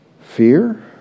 Fear